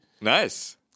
Nice